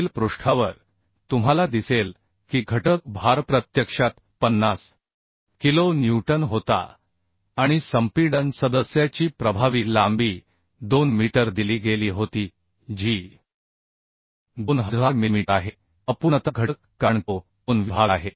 पुढील पृष्ठावर तुम्हाला दिसेल की घटक भार प्रत्यक्षात 50 किलो न्यूटन होता आणि संपीडन सदस्याची प्रभावी लांबी 2 मीटर दिली गेली होती जी 2000 मिलीमीटर आहे अपूर्णता घटक कारण तो कोन विभाग आहे